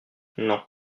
non